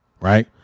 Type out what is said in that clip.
right